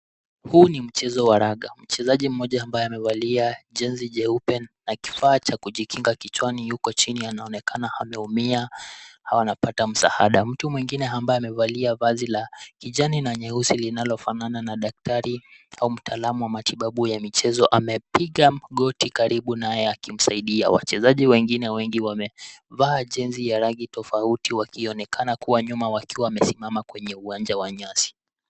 Huu ni mchezo wa raga, mchezaji mmoja ambaye amevalia jezi jeupe na kifaa cha kujikinga kichwaniyuko chini, anaonekana akiwa ameumia au anapata msaada. Mtu mwingine ambaye amevalia vazi la kijani na nyeusi linalofanana na daktari au mtaalamu wa matibabu ya michezo amepiga goti karibu naye akimsaidia. Wachezaji wengine wengi wamevaa jezi ya rangi tofauti wakionekana kuwa nyuma wamesimama kwenye uwanja wa nyasi.